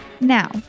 Now